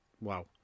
wow